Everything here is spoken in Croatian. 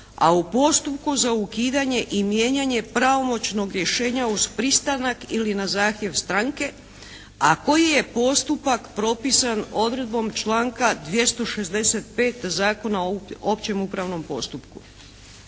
a u postupku za ukidanje i mijenjanje pravomoćnog rješenja uz pristanak ili na zahtjev stranke, a koji je postupak propisan odredbom članka 265. Zakona o općem upravnom postupku.